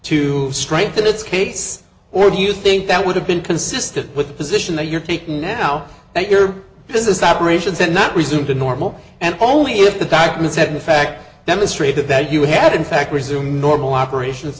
to strengthen its case or do you think that would have been consistent with the position that you're taking now that your business operations and not resume to normal and only if the documents had an effect demonstrated that you had in fact resume normal operation